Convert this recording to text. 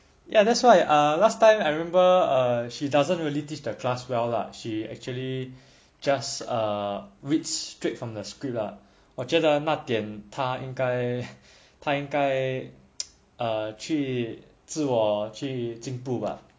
ya that's why err last time I remember err she doesn't really teach the class well lah she actually just err reads straight from the script lah 我觉得那点他因该他因该去自我进步吧